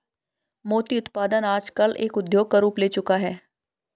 मोती उत्पादन आजकल एक उद्योग का रूप ले चूका है